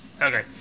Okay